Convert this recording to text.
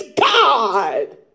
God